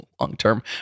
long-term